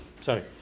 Sorry